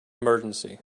emergency